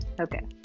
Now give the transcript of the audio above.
okay